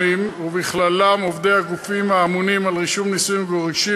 ובכללם עובדי הגופים האמונים על רישום נישואים וגירושים,